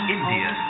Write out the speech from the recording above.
India